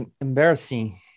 embarrassing